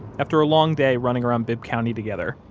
after a long day running around bibb county together,